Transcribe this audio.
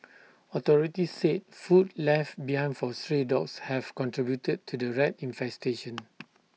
authorities said food left behind for stray dogs have contributed to the rat infestation